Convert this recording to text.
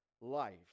life